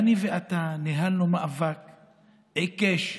אתה ואני ניהלנו מאבק עיקש,